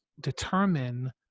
determine